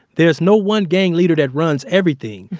there's no one gang leader that runs everything.